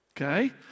Okay